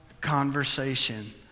conversation